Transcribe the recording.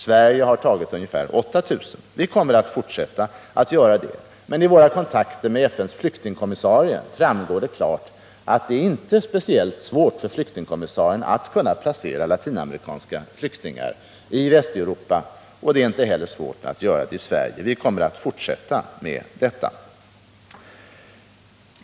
Sverige har tagit emot ungefär 8 000. Vid våra kontakter med FN:s flyktingkommissarie har det klart framgått att det inte är speciellt svårt att placera latinamerikanska flyktingar i Västeuropa. Det är inte heller svårt att göra det i Sverige. Vi kommer att fortsätta att ta emot sådana flyktingar.